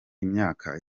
imyaka